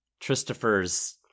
Christopher's